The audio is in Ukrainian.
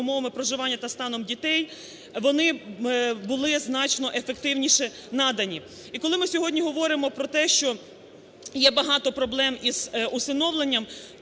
умовами проживання та станом дітей, вони були значно ефективніше надані. І коли ми сьогодні говоримо про те, що є багато проблем із усиновленням,